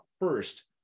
first